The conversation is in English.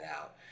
out